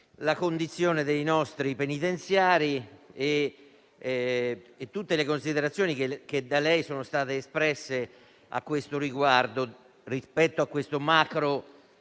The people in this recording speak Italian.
la condizione dei nostri penitenziari e tutte le considerazioni che da lei sono state espresse a questo riguardo, rispetto a questo